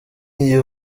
iyo